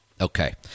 Okay